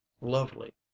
lovely